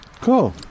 Cool